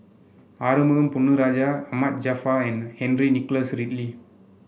Arumugam Ponnu Rajah Ahmad Jaafar and Henry Nicholas Ridley